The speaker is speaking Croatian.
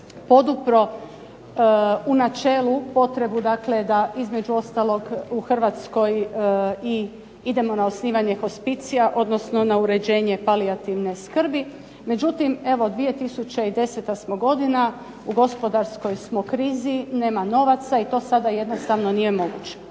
podupro u načelu potrebu dakle da između ostalog u Hrvatskoj i idemo na osnivanje hospicija, odnosno na uređenje palijativne skrbi, međutim evo 2010. smo godina, u gospodarskoj smo krizi, nema novaca i to sada jednostavno nije moguće.